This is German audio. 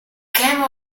käme